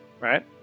Right